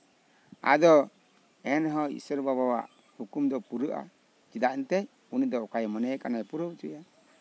ᱟᱫᱚ ᱮᱱᱦᱚᱸ ᱤᱥᱚᱨ ᱵᱟᱵᱟ ᱦᱩᱠᱩᱢ ᱫᱚ ᱯᱩᱨᱟᱹᱜᱼᱟ ᱪᱮᱫᱟᱜ ᱮᱱᱛᱮᱜ ᱩᱱᱤ ᱫᱚ ᱚᱱᱠᱟᱭ ᱢᱚᱱᱮᱭᱟ ᱠᱩᱞ ᱠᱟᱭᱟᱭ